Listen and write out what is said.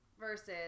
versus